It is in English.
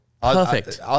Perfect